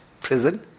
prison